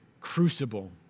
crucible